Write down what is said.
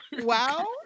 Wow